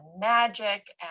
magic